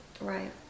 Right